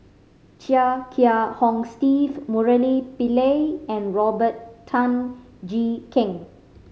Chia Kiah Hong Steve Murali Pillai and Robert Tan Jee Keng